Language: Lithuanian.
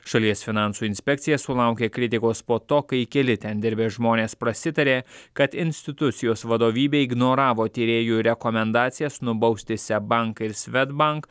šalies finansų inspekcija sulaukia kritikos po to kai keli ten dirbę žmonės prasitarė kad institucijos vadovybė ignoravo tyrėjų rekomendacijas nubausti seb banką ir swedbank